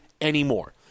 anymore